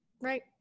right